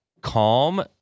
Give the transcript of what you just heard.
calm